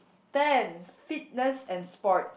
ten fitness and sport